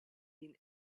been